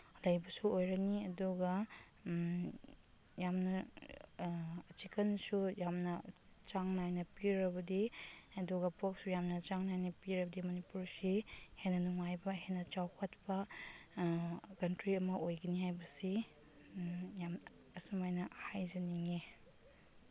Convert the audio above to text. ꯂꯩꯕꯁꯨ ꯑꯣꯏꯔꯅꯤ ꯑꯗꯨꯒ ꯌꯥꯝꯅ ꯆꯤꯛꯀꯟꯁꯨ ꯌꯥꯝꯅ ꯆꯥꯡ ꯅꯥꯏꯅ ꯄꯤꯔꯕꯗꯤ ꯑꯗꯨꯒ ꯄꯣꯔꯛꯁꯨ ꯌꯥꯝꯅ ꯆꯥꯡ ꯅꯥꯏꯅ ꯄꯤꯔꯕꯗꯤ ꯃꯅꯤꯄꯨꯔꯁꯤ ꯍꯦꯟꯅ ꯅꯨꯡꯉꯥꯏꯕ ꯍꯦꯟꯅ ꯆꯥꯎꯈꯠꯄ ꯀꯟꯇ꯭ꯔꯤ ꯑꯃ ꯑꯣꯏꯒꯅꯤ ꯍꯥꯏꯕꯁꯤ ꯌꯥꯝ ꯑꯁꯨꯃꯥꯏꯅ ꯍꯥꯏꯖꯅꯤꯡꯉꯤ